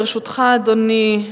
לרשותך, אדוני,